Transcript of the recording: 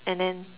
and then